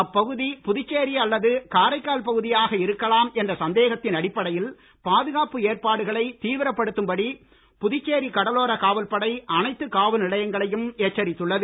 அப்பகுதி புதுச்சேரி அல்லது காரைக்கால் பகுதியாக இருக்கலாம் என்ற சந்தேகத்தின் அடிப்படையில் பாதுகாப்பு ஏற்பாடுகளை தீவிரப்படுத்தும் படி புதுச்சேரி கடலோர காவல்படை அனைத்து காவல் நிலையங்களையும் எச்சரித்துள்ளது